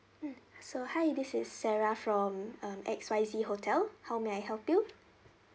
mm so hi this is sarah from um X Y Z hotel how may I help you